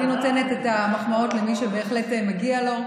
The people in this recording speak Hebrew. אני נותנת את המחמאות למי שבהחלט מגיע לו.